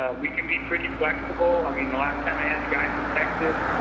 ah we can be pretty flexible. i mean, the last time i had the guy from texas,